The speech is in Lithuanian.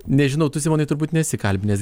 nežinau tu simonai turbūt nesi kalbinęs